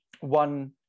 One